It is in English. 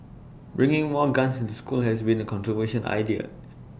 bringing more guns into school has been A controversial idea